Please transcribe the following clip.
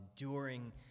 enduring